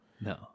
No